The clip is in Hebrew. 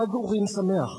חג אורים שמח.